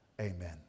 Amen